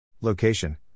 Location